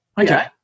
Okay